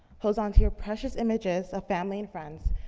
holds onto your precious images of family and friends,